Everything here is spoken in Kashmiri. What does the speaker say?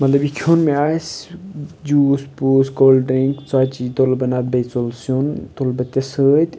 مطلب یہِ کھیوٚن مےٚ آسہِ جوٗس پوٗس کولڈ ڈرٛنٛک ژۄچی تُلہٕ بہٕ نَتہٕ بیٚیہِ ژُل سیُن تُلہٕ بہٕ تہِ سۭتۍ